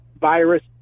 virus